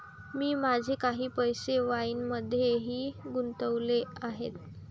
मी माझे काही पैसे वाईनमध्येही गुंतवले आहेत